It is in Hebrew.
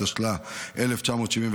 התשל"א 1971,